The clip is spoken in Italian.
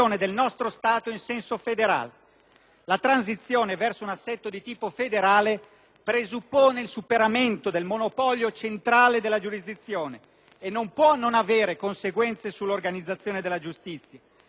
presuppone il superamento del monopolio centrale della giurisdizione e non può non avere conseguenze sull'organizzazione della giustizia. Già oggi esistono aree della giurisdizione intensamente investite da questo mutamento strutturale in corso